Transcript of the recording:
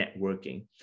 networking